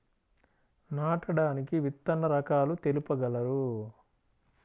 నాటడానికి విత్తన రకాలు తెలుపగలరు?